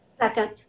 Second